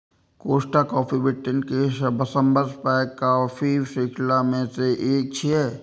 Costa coffee Britain के सबसं पैघ कॉफी शृंखला मे सं एक छियै